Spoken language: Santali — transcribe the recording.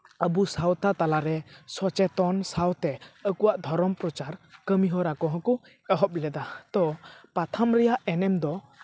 ᱟᱵᱚ ᱥᱟᱶᱛᱟ ᱛᱟᱞᱟᱨᱮ ᱥᱚᱪᱮᱛᱚᱱ ᱥᱟᱶᱛᱮ ᱟᱠᱚᱣᱟᱜ ᱫᱷᱚᱨᱚᱢ ᱯᱨᱚᱪᱟᱨ ᱠᱟᱹᱢᱤ ᱦᱚᱨᱟ ᱠᱚᱦᱚᱸ ᱠᱚ ᱮᱦᱚᱵ ᱞᱮᱫᱟ ᱛᱚ ᱯᱟᱛᱷᱟᱢ ᱨᱮᱭᱟᱜ ᱮᱱᱮᱢ ᱫᱚ